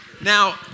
Now